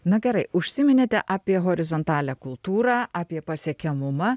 na gerai užsiminėte apie horizontalią kultūrą apie pasiekiamumą